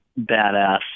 badass